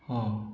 ହଁ